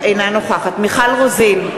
אינה נוכחת מיכל רוזין,